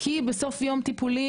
כי בסוף יום טיפולים,